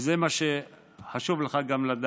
וזה מה שחשוב לך לדעת,